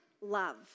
love